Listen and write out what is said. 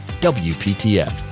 WPTF